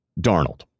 Darnold